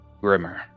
Grimmer